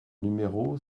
numéro